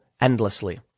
endlessly